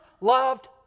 loved